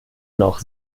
noch